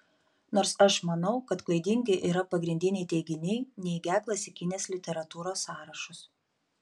nors aš manau kad klaidingi yra pagrindiniai teiginiai neigią klasikinės literatūros sąrašus